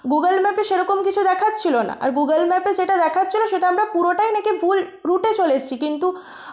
Google ম্যাপে সেরকম কিছু দেখাচ্ছিলো না আর গুগল ম্যাপে যেটা দেখাচ্ছিলো সেটা আমরা পুরোটাই নাকি ভুল রুটে চলে এসছি কিন্ত